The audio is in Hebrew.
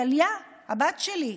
טליה, הבת שלי.